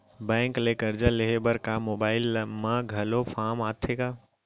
Bank ले करजा लेहे बर का मोबाइल म घलो फार्म आथे का?